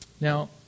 Now